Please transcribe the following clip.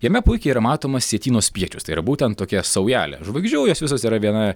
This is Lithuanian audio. jame puikiai yra matomas sietyno spiečius tai yra būtent tokia saujelė žvaigždžių jos visos yra viena